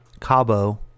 Cabo